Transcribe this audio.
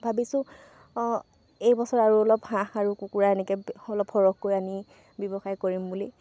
ভাবিছোঁ এইবছৰ আৰু অলপ হাঁহ আৰু কুকুৰা এনেকৈ অলপ সৰহকৈ আনি ব্যৱসায় কৰিম বুলি